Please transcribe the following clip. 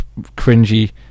cringy